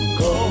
go